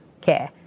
care